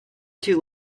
too